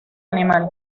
animal